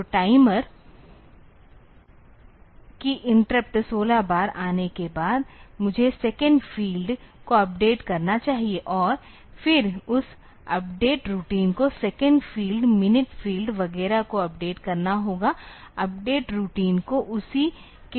तो टाइमर की इंटरप्ट 16 बार आने के बाद मुझे सेकंड फ़ील्ड को अपडेट करना चाहिए और फिर उस अपडेशन रूटीन को सेकंड फ़ील्ड मिनट फ़ील्ड वगैरह को अपडेट करना होगा अपडेट रूटीन को उसी के अनुसार कॉल किया जाना चाहिए